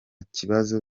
kibazo